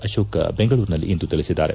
ಆರೋಣ್ ಬೆಂಗಳೂರಿನಲ್ಲಿಂದು ತಿಳಿಸಿದ್ದಾರೆ